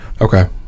Okay